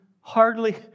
hardly